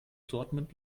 dortmund